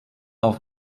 auf